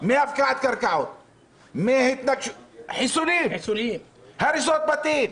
הפקעת קרקעות, חיסולים, הריסות בתים.